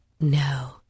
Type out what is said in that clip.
No